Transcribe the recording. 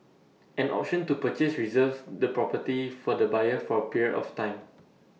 an option to purchase reserves the property for the buyer for A period of time